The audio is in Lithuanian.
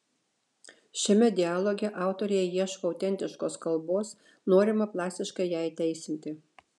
šiame dialoge autoriai ieško autentiškos kalbos norima plastiškai ją įteisinti